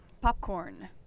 popcorn